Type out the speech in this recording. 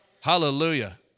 Hallelujah